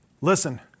Listen